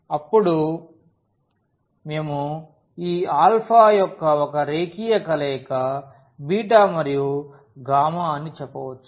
అప్పుడు మేము ఈ ఆల్ఫా యొక్క ఒక రేఖీయ కలయిక మరియు అని చెప్పవచ్చు